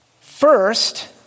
First